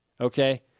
Okay